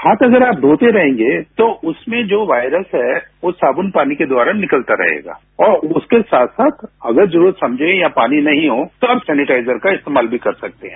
हाथ अगर आप धोते रहेंगे तो उसमें जो वायरस है वो साबुन पानी के द्वारा निकलता रहेगा और उसके साथ साथ अगर जरूरत समझे या पानी नहीं हो तो आप सैनेटाइजर का इस्तेमाल भी कर सकते हैं